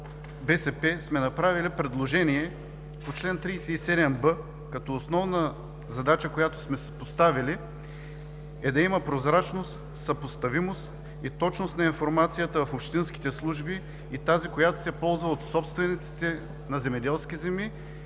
БСП сме направили предложение по чл. 37б, като основна задача, която сме си поставили, е да има прозрачност, съпоставимост и точност на информацията в общинските служби и тази, която се ползва от собствениците на земеделски земи